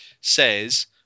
says